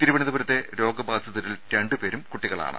തിരുവനന്തപുരത്തെ രോഗ ബാധിതരിൽ ഇവർ രണ്ടു പേരും കുട്ടികളാണ്